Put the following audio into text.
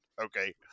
Okay